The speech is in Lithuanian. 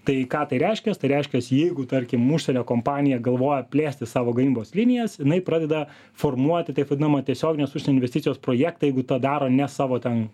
tai ką tai reiškias tai reiškias jeigu tarkim užsienio kompanija galvoja plėsti savo gamybos linijas jinai pradeda formuoti taip vadinamą tiesioginės užsienio investicijos projektą jeigu tą daro ne savo ten